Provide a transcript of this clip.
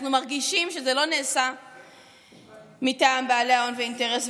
אנחנו מרגישים שזה לא נעשה מטעם בעלי ההון והאינטרס.